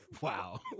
Wow